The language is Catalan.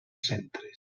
centres